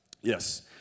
Yes